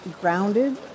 grounded